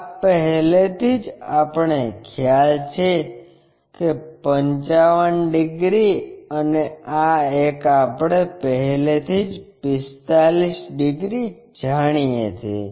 આ પહેલેથી જ આપણે ખ્યાલ છે કે 55 ડિગ્રી અને આ એક આપણે પહેલેથી જ 45 ડિગ્રી જાણીએ છીએ